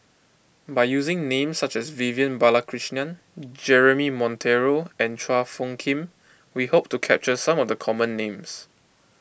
by using names such as Vivian Balakrishnan Jeremy Monteiro and Chua Phung Kim we hope to capture some of the common names